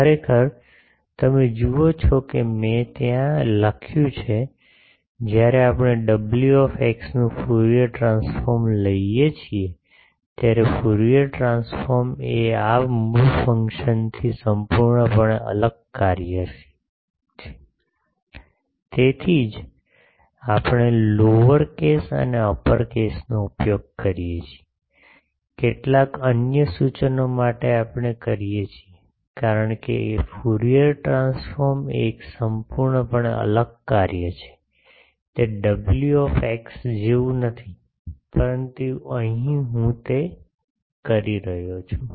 ખરેખર તમે જુઓ છો કે મેં ત્યાં લખ્યું છે જ્યારે આપણે W નું ફ્યુરિયર ટ્રાન્સફોર્મ લઈએ છીએ ત્યારે ફ્યુરીઅર ટ્રાન્સફોર્મ એ આ મૂળ ફંકશનથી સંપૂર્ણપણે અલગ કાર્ય છે તેથી જ આપણે લોઅર કેસ અને અપર કેસનો ઉપયોગ કરીએ છીએ કેટલાક અન્ય સૂચનો માટે આપણે કરીએ છીએ કારણ કે ફ્યુરિયર ટ્રાન્સફોર્મ એ એક સંપૂર્ણપણે અલગ કાર્ય છે તે ડબલ્યુ એક્સ જેવું નથી પરંતુ અહીં હું તે કરી રહ્યો છું